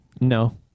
No